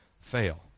fail